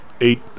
eight